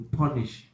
punish